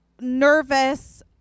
nervous